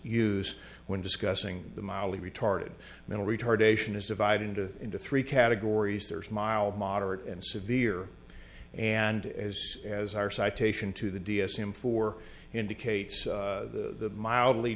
use when discussing the mildly retarded mental retardation is divided into into three categories there's mild moderate and severe and as are citation to the d s m four indicates the mildly